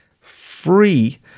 free